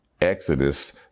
Exodus